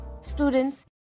students